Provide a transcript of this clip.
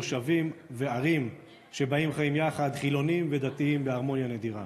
מושבים וערים שבהם חיים יחד חילונים ודתיים בהרמוניה נדירה.